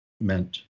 meant